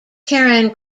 karen